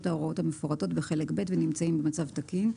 ההוראות המפורטות בחלק ב' ונמצאים במצב תקין.